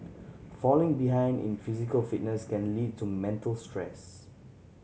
falling behind in physical fitness can lead to mental stress